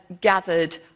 gathered